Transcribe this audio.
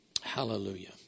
Hallelujah